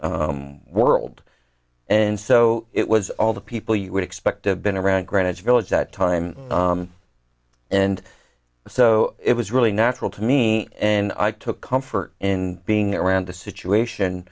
world and so it was all the people you would expect to have been around greenwich village that time and so it was really natural to me and i took comfort in being around the situation